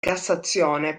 cassazione